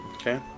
Okay